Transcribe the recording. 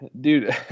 dude